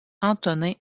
antonin